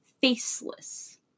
faceless